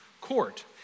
court